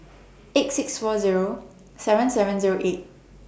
eight six four Zero seven seven Zero eight